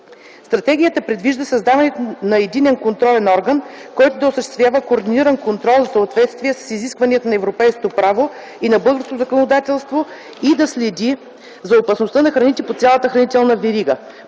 Стратегията предвижда създаването на единен контролен орган, който да осъществява координиран контрол за съответствие с изискванията на европейското право и на българското законодателство и да следи за безопасността на храните по цялата хранителна верига